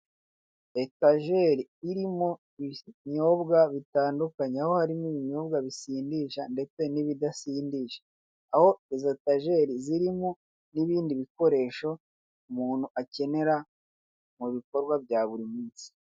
Etajeri irimo ibinyobwa bitandukanye. Aho harimo ibinyobwa bisindisha ndetse n'ibidasindisha. Aho izo etajeri zirimo n'ibindi bikoresho umuntu akenera mu bikorwa bya buri munsi.